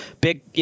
Big